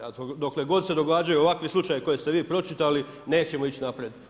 A dokle god se događaju ovakvi slučajevi, koje ste vi pročitali, nećemo ići naprijed.